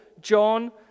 John